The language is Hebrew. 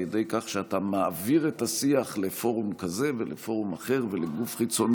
ידי כך שאתה מעביר את השיח לפורום כזה ולפורום אחר ולגוף חיצוני